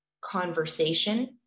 conversation